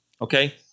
okay